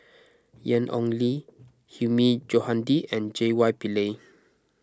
Ian Ong Li Hilmi Johandi and J Y Pillay